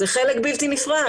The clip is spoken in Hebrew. זה חלק בלתי נפרד.